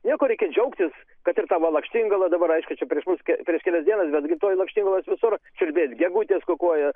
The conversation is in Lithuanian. nieko reikia džiaugtis kad ir ta va lakštingala dabar aišku čia proeš mus prieš kelias dienas betgi tuoj lakštingalos visur čiulbės gegutės kukuoja